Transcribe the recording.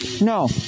No